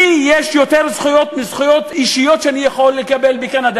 לי יש יותר זכויות מזכויות אישיות שאני יכול לקבל בקנדה.